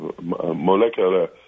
molecular